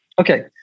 Okay